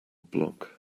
block